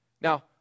Now